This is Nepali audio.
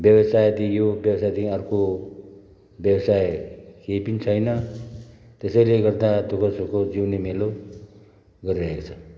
व्यवसायदेखि यो व्यवसायदेखि अर्को व्यवसाय केही पनि छैन त्यसैले गर्दा दुखोसुखो जिउने मेलो गरिरहेको छ